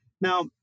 Now